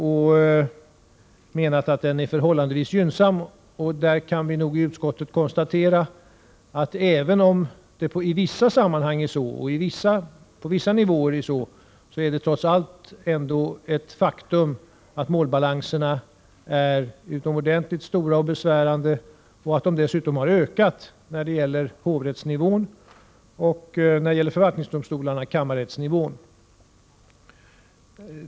Även om det på vissa nivåer förhåller sig så, har utskottet kunnat konstatera att det trots allt är ett faktum att målbalanserna är utomordentligt besvärande och dessutom har ökat, när det gäller de allmänna domstolarna på hovrättsnivån och i fråga om förvaltningsdomstolarna på kammarrättsnivån.